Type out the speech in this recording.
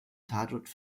tatort